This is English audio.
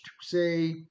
say